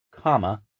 comma